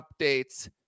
updates